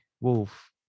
Wolf